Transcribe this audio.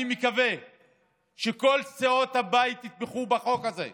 אני מקווה שכל סיעות הבית יתמכו בחוק הזה.